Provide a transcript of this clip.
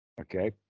Okay